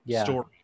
story